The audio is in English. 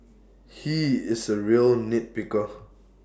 he is A real nitpicker